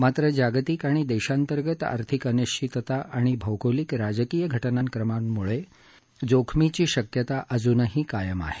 मात्र जागतिक किंवा देशांतर्गत आर्थिक अनिश्वितता आणि भौगोलिक राजकीय घटनाक्रमामुळे जोखमीची शक्यता अजूनही कायम आहे